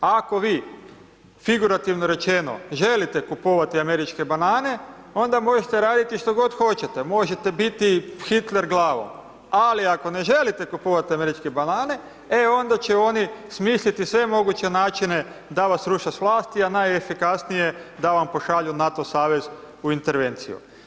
Ako vi figurativno rečeno želite kupovati američke banane onda možete raditi što god hoćete, možete biti Hitler glavom ali ako ne želite kupovati američke banane, e onda će oni smisliti sve moguće načine da vas sruše sa vlasti a najefikasnije da vam pošalju NATO savez u intervenciju.